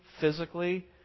physically